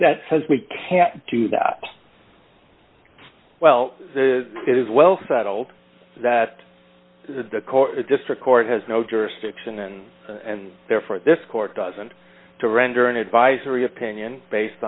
that says we can't do that well it is well settled that the district court has no jurisdiction and therefore this court doesn't render an advisory opinion based